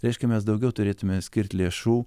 reiškia mes daugiau turėtume skirt lėšų